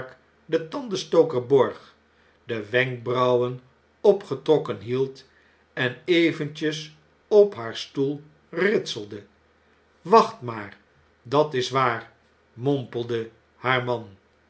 den tandenstoker borg de wenkbrauwen opgetrokken hield en eventjes op haar stoel ritselde wacht maarl dat is waar mompelde haar man